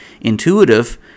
intuitive